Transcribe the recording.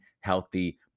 healthy